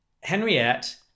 Henriette